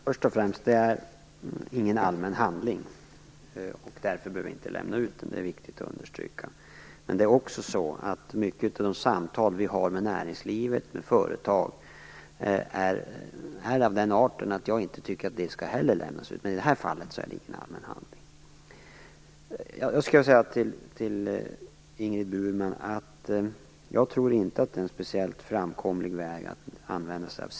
Fru talman! Först och främst handlar det här inte om någon allmän handling, och därför behöver vi inte lämna ut den. Det är viktigt att understryka. Men det är också så att mycket av de samtal som vi har med näringslivet och med företag är av den arten att jag inte tycker att det skall lämnas ut. Men i det här fallet är det ingen allmän handling. Jag vill också säga till Ingrid Burman att jag inte tror att civil olydnad är någon speciellt framkomlig väg att använda sig av.